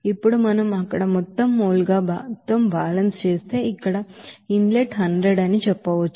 ఇప్పుడు మనం అక్కడ మొత్తం మోల్ గా మొత్తం బ్యాలెన్స్ చేస్తే ఇక్కడ ఇన్ లెట్ 100 అని చెప్పవచ్చు